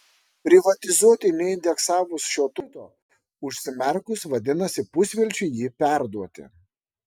privatizuoti neindeksavus šio turto užsimerkus vadinasi pusvelčiui jį perduoti